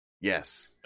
Yes